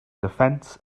defense